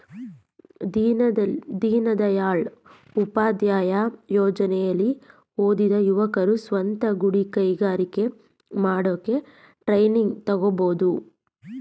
ದೀನದಯಾಳ್ ಉಪಾಧ್ಯಾಯ ಯೋಜನೆಲಿ ಓದಿದ ಯುವಕರು ಸ್ವಂತ ಗುಡಿ ಕೈಗಾರಿಕೆ ಮಾಡೋಕೆ ಟ್ರೈನಿಂಗ್ ತಗೋಬೋದು